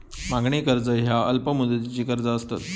मागणी कर्ज ह्या अल्प मुदतीची कर्जा असतत